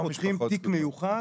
עכשיו פותחים תיק מיוחד,